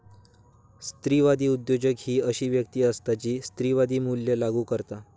स्त्रीवादी उद्योजक ही अशी व्यक्ती असता जी स्त्रीवादी मूल्या लागू करता